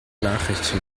nachricht